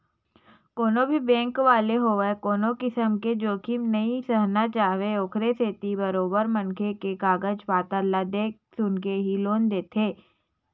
कोनो भी बेंक वाले होवय कोनो किसम के जोखिम नइ सहना चाहय ओखरे सेती बरोबर मनखे के कागज पतर ल देख सुनके ही लोन ल देथे